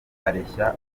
areshya